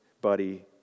buddy